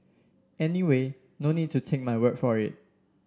anyway no need to take my word for it